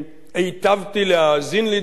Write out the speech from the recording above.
היטבתי להאזין לדבריו.